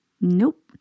Nope